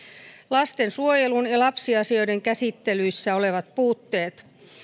lastensuojelun ja lapsiasioiden käsittelyissä olevat puutteet